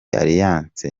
alliance